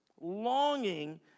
longing